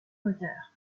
moteur